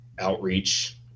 outreach